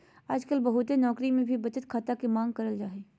आजकल बहुते नौकरी मे भी बचत खाता के मांग करल जा हय